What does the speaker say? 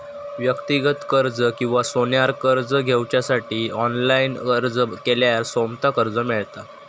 व्यक्तिगत कर्ज किंवा सोन्यार कर्ज घेवच्यासाठी ऑनलाईन अर्ज केल्यार सोमता कर्ज मेळता